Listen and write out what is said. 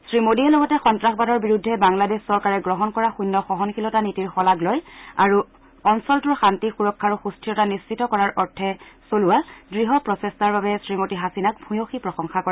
শ্ৰী মোদীয়ে লগতে সন্তাসবাদৰ বিৰুদ্ধে বাংলাদেশ চৰকাৰে গ্ৰহণ কৰা শূন্য সহনশীলতা নীতিৰ শলাগ লয় আৰু অঞ্চলটোৰ শান্তি সুৰক্ষা আৰু সুস্থিৰতা নিশ্চিত কৰাৰ অৰ্থে চলোৱা দৃঢ় প্ৰচেষ্টাৰ বাবে শ্ৰীমতী হাছিনাক ভূয়সী প্ৰশংসা কৰে